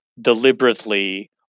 deliberately